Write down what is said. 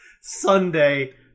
Sunday